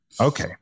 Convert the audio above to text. Okay